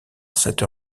cette